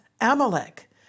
Amalek